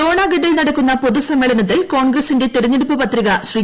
ഡോണാഗഡിൽ അദ്ദേഹം നടക്കുന്ന പൊതുസമ്മേളനത്തിൽ കോൺഗ്രസ്സിന്റെ തെരഞ്ഞെടുപ്പ് പത്രിക ശ്രീ